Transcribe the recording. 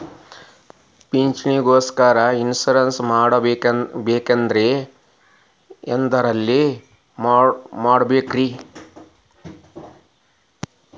ಪಿಂಚಣಿ ಗೋಸ್ಕರ ಇನ್ವೆಸ್ಟ್ ಮಾಡಬೇಕಂದ್ರ ಎದರಲ್ಲಿ ಮಾಡ್ಬೇಕ್ರಿ?